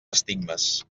estigmes